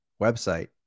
website